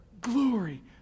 glory